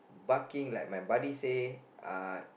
barking like my buddy say uh